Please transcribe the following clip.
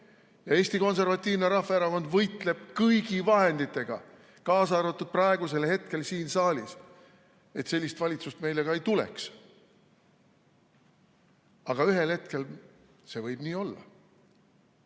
Eesti Konservatiivne Rahvaerakond võitleb kõigi vahenditega, kaasa arvatud praegu siin saalis, et sellist valitsust meile ka ei tuleks. Aga ühel hetkel võib see nii olla.